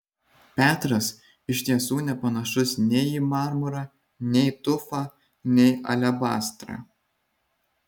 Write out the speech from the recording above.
petras iš tiesų nepanašus nei į marmurą nei tufą nei alebastrą